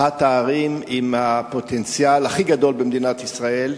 אחת הערים עם הפוטנציאל הכי גדול במדינת ישראל,